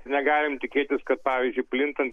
negalim tikėtis kad pavyzdžiui plintant